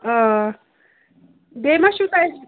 آ بیٚیہِ ما چھُو تۄہہِ